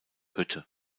hütte